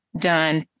done